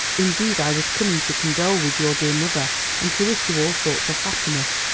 indeed i was coming to condole with your dear mother and to wish you all sorts of happiness.